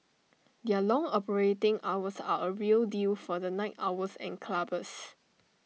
their long operating hours are A real deal for the night owls and clubbers